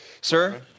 Sir